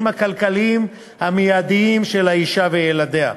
הכלכליים המיידיים של האישה וילדיה.